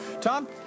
Tom